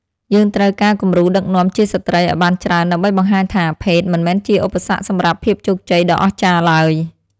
យើងត្រូវការគំរូដឹកនាំជាស្ត្រីឱ្យបានច្រើនដើម្បីបង្ហាញថា ភេទមិនមែនជាឧបសគ្គសម្រាប់ភាពជោគជ័យដ៏អស្ចារ្យឡើយ។